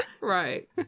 right